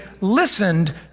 listened